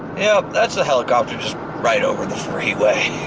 yup, that's a helicopter just right over the freeway.